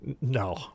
no